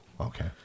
Okay